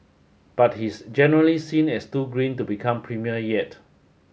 but he's generally seen as too green to become premier yet